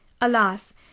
Alas